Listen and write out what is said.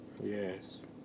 Yes